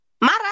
Mara